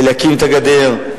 להקים את הגדר,